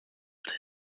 würde